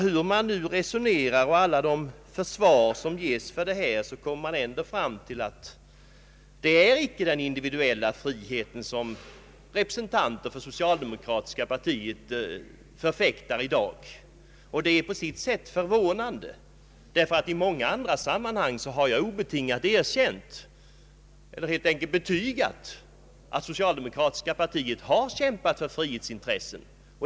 Hur man än resonerar kommer man ändå fram till att det inte är den individuella friheten som representanter för det socialdemokratiska partiet förfäktar i dag. Det är på sitt sätt förvånande. I många andra sammanhang har jag obetingat betygat att socialdemokratiska partiet har kämpat för frihetsintressen.